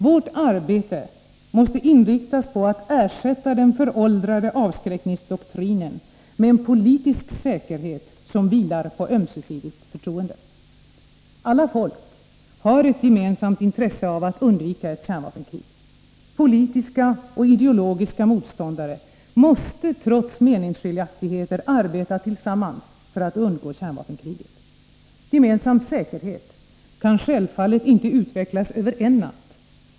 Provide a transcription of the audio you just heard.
Vårt arbete måste inriktas på att ersätta den föråldrade avskräckningsdoktrinen med en politisk säkerhet som vilar på ömsesidigt förtroende. Alla folk har ett gemensamt intresse av att undvika ett kärnvapenkrig. Politiska och ideologiska motståndare måste trots meningsskiljaktigheter arbeta tillsammans för att undgå kärnvapenkriget. Gemensam säkerhet kan självfallet inte utvecklas över en natt.